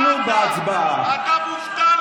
אתה לא נבחרת.